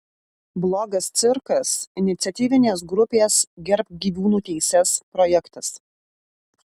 blogas cirkas iniciatyvinės grupės gerbk gyvūnų teises projektas